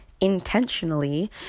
intentionally